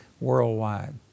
worldwide